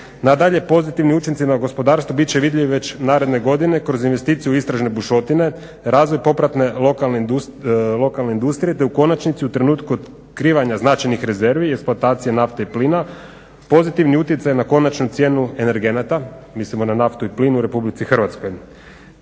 Nadalje, pozitivni učinci na gospodarstvo bit će vidljivi već naredne godine kroz investiciju istražne bušotine, razvoj popratne lokalne industrije, te u konačnici u trenutku otkrivanja značajnih rezerve i eksploatacije nafte i plina pozitivni utjecaj na konačnu cijenu energenata. Mislimo na naftu i plin u Republici Hrvatskoj.